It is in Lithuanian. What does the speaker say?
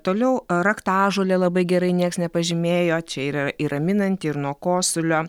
toliau raktažolė labai gerai nieks nepažymėjo čia yra ir raminanti ir nuo kosulio